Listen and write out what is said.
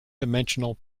dimensional